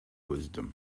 wisdom